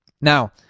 Now